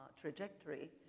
trajectory